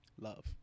Love